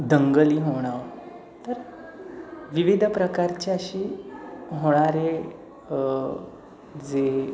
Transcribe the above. दंगली होणं तर विविध प्रकारची अशी होणारे जे